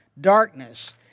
darkness